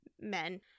men